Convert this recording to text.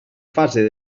fase